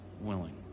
willing